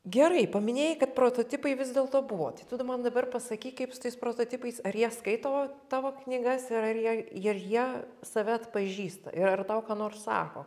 gerai paminėjai kad prototipai vis dėlto buvo tai tu da man dabar pasakyk kaip su tais prototipais ar jie skaito tavo knygas ir ar jie jir jie save atpažįsta ir ar tau ką nors sako